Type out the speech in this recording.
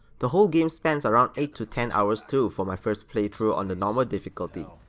the whole game spans around eight to ten hours too for my first playthrough on the normal difficulty.